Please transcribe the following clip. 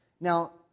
Now